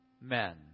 men